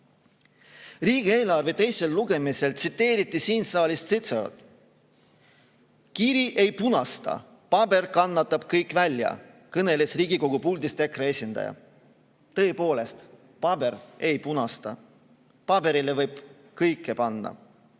Riigieelarve teisel lugemisel tsiteeriti siin saalis Cicerot. Kiri ei punasta, paber kannatab kõik välja, kõneles Riigikogu puldist EKRE esindaja. Tõepoolest, paber ei punasta. Paberile võib kõike panna